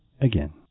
again